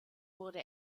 wurde